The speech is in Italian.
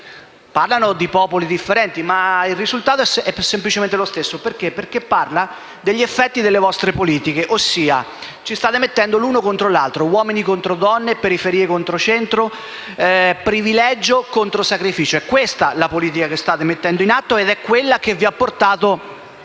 parlano di popoli differenti, ma il risultato è semplicemente lo stesso, perché parla degli effetti delle vostre politiche. Ci state mettendo l'uno contro l'altro; uomini contro donne, periferie contro centro, privilegio contro sacrificio. È questa la politica che state mettendo in atto ed è quella che vi ha portato